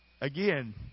again